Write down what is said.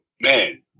man